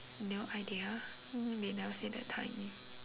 no idea they never say that time